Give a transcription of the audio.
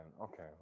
okay